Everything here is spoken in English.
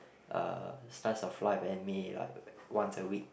uh Slice of Life anime like once a week